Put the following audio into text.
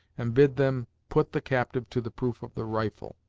and bid them put the captive to the proof of the rifle,